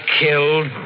killed